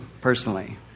personally